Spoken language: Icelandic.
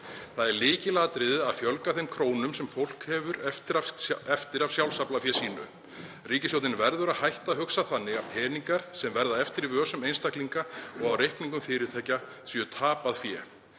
Það er lykilatriðið að fjölga þeim krónum sem fólk hefur eftir af sjálfsaflafé sínu. Ríkisstjórnin verður að hætta að hugsa þannig að peningar sem verða eftir í vösum einstaklinga og á reikningum fyrirtækja séu tapað fé.